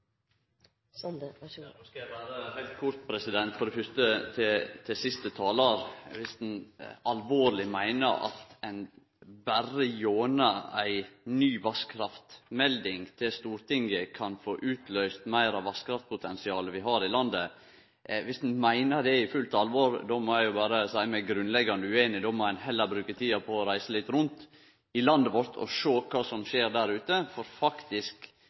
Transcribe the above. Viss ein i fullt alvor meiner at ein berre gjennom ei ny vasskraftmelding til Stortinget kan få utløyst meir av vasskraftpotensialet vi har i landet, må eg berre seie at eg er grunnleggjande ueinig. Då må ein heller bruke tida på å reise litt rundt i landet vårt og sjå kva som skjer der ute.